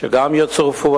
שגם הם יצורפו.